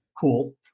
cool